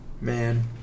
Man